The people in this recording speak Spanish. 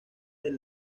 del